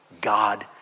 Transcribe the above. God